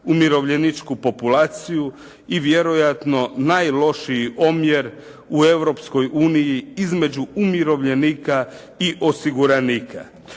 umirovljeničku populaciju i vjerojatno najlošiji omjer u Europskoj uniji između umirovljenika i osiguranika.